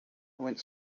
went